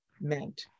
meant